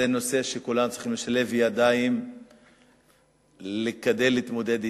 זה נושא שכולם צריכים לשלב ידיים כדי להתמודד אתו,